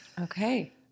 Okay